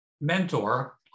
mentor